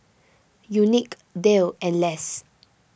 Unique Dale and Less